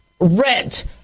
rent